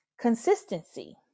Consistency